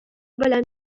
белән